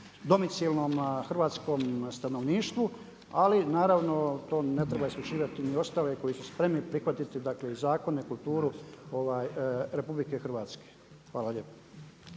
domicijelnom hrvatskom stanovništvu ali naravno to ne treba isključivati ni ostale koji su spremni prihvatiti, dakle i zakone, kulturu RH. Hvala lijepo.